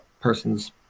person's